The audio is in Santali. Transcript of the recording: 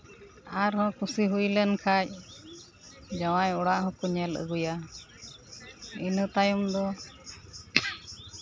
ᱟᱨᱦᱚᱸ ᱠᱩᱥᱤ ᱦᱩᱭ ᱞᱮᱱᱠᱷᱟᱡ ᱡᱟᱶᱟᱭ ᱚᱲᱟᱜ ᱦᱚᱸᱠᱚ ᱧᱮᱞ ᱟᱹᱜᱩᱭᱟ ᱤᱱᱟᱹ ᱛᱟᱭᱚᱢ ᱫᱚ